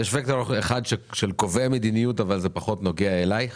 יש וקטור אחד של קובעי המדיניות אבל זה פחות נוגע אליך.